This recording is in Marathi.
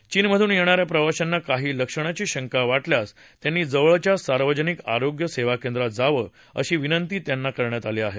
चीनमधून येणाऱ्या प्रवाशांना काही लक्षणांची शंका वाटल्यास त्यांनी जवळच्या सार्वजनिक आरोग्य सेवाकेंद्रात जावं अशी विनंती त्यांना करण्यात आली आहे